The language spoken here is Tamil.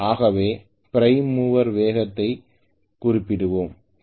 ஆகவே பிரைம் மூவர் வேகத்தைக் குறிப்பிடுவோம்